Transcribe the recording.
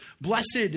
Blessed